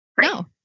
No